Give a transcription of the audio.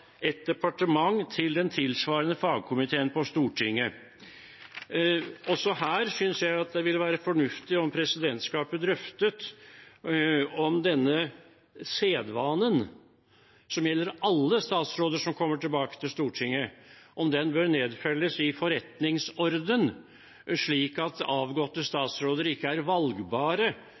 et departement til den tilsvarende fagkomiteen på Stortinget. Også her synes jeg det ville være fornuftig om presidentskapet drøftet om denne sedvanen, som gjelder alle statsråder som kommer tilbake til Stortinget, bør nedfelles i forretningsordenen, slik at avgåtte statsråder ikke er valgbare